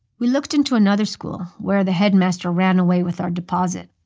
we looked into another school, where the headmaster ran away with our deposit.